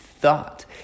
thought